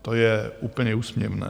To je úplně úsměvné.